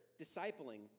discipling